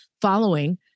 following